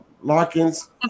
Larkins